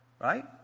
right